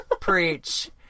Preach